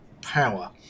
power